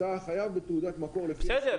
אתה חייב בתעודת מקור לפי --- בסדר.